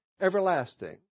everlasting